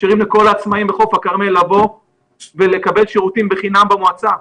מאפשרים לכל העצמאיים בחוף הכרמל לבוא ולקבל שירותים בחינם במועצה,